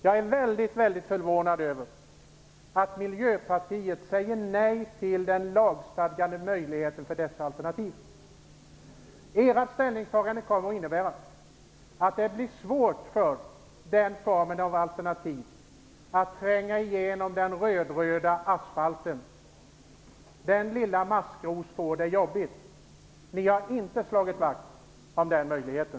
Jag är väldigt förvånad över att Miljöpartiet säger nej till den lagstadgade möjligheten för dessa alternativ. Ert ställningstagande kommer att innebära att det blir svårt för den formen av alternativ att tränga igenom den röd-röda asfalten. Den lilla maskrosen får det jobbigt. Ni har inte slagit vakt om den här möjligheten!